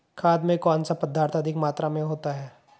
खाद में कौन सा पदार्थ अधिक मात्रा में होता है?